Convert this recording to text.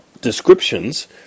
descriptions